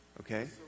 Okay